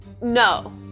no